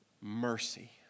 mercy